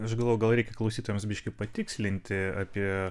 aš galvoju gal reikia klausytojams biškį patikslinti apie